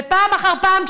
ופעם אחר פעם,